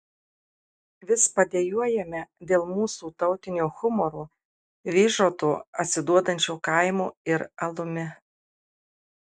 vis padejuojame dėl mūsų tautinio humoro vyžoto atsiduodančio kaimu ir alumi